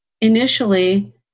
initially